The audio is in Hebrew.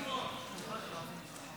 --- אחמד טיבי חשב שאתה לא מכיר את